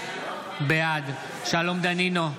בעד שלום דנינו,